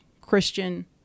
Christian